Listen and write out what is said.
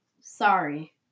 Sorry